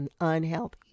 unhealthy